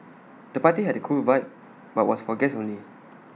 the party had A cool vibe but was for guests only